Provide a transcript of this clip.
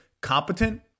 competent